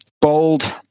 bold